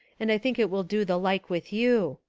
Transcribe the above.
and i think it will do the like with you.